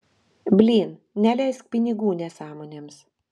blyn neleisk pinigų nesąmonėms